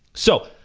so,